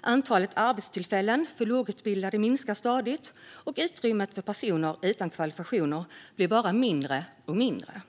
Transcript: Antalet arbetstillfällen för lågutbildade minskar stadigt, och utrymmet för personer utan kvalifikationer blir bara mindre och mindre.